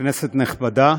כנסת נכבדה,